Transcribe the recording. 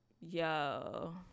Yo